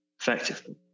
Effectively